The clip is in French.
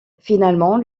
finalement